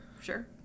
sure